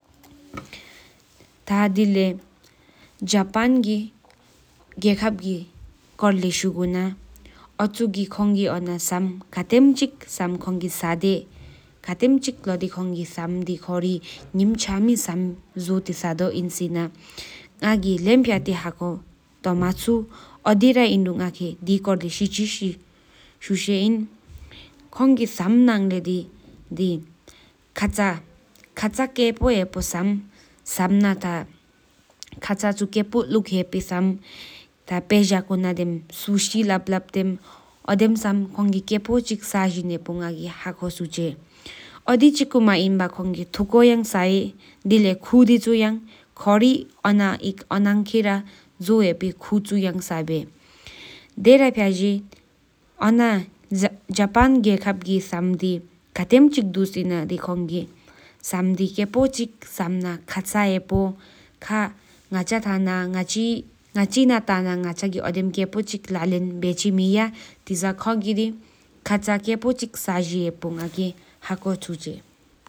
ཐཱ དེ་ལེ ཇ་པཱན ཀེ གཡག་བཀའོ་ཀེ ཀོརར ལེ་ཡ། ཤུག་དང་ རླུང་དེ་ཚན ཡ་འོ་ཅུག་ཀེ་ཁོང་ཀི འོ་གན་སམ་ཁ་ཀེ་ངོཀ་ཁའ་ངིད་ཕྱིང། ཁོང ཀི སམ་ན་ འད། ཁོ་ཕྲགས་ཁ་ཆ་ ཟག་འོ་བེ་ཟང་ཙམ་གྱི འོ་རྔལ་ཙམ་ན་ཡེ་འོ་ཕོ། ཁོ་ཕྲགས་ཀ་ཕྱིོ ་ཡ་ཕོ་ཙམ་ན་ཡེདོ་ཕོ། སམ་དྲག་ཁོ་ཆ་དང་ཟངས་ཚམ་ ཕྱིོ་འོ་ཙམ་ཡ འོ་རྔལ་ཅ་ཡེ་བ སམ་དེ་ཐཱ་དང་སམ་ཐཱ་ཐཱ་ན་འདི། ཐཱ པཱ ཡག་པ་ནུཙམ་ནཱ་དེམ་དུཙམ་སུ་ཤི་ལབ་ལོདེམ་ཁ་ཡེ་ན་མ་ཐམ་བསྒྱུར་མེ། འོ་དེམ་ཙམ་ཀོ་ཀོ་མ་མག་འིས་མྱོ་ས་རོ་ངས། འོ་རྔལ་ངས་ཁོར་ཀེ་ཤར་དཀོར། ཁོང་ཀེ སམ སྐྲར་སམ་མཚམ་ཟིག་དམ་མཚུམ་ཁ་ཆ་ཚམ་འོ་བེ་ཅེ་བས། ཁྱེད་ཀར་ཁ་ཆ་ཀ་ཕྱིོ་ཙམ་ས་། ན་མཛེས་འོ་སཡེ་འོ་བེ་ཅེ་བས།